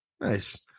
Nice